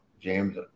James